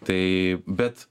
tai bet